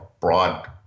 broad